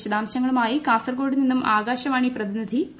വിശദാംശങ്ങളുമായി കാസർഗോഡ്പിക് നീന്നും ആകാശവാണി പ്രതിനിധി പി